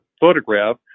photograph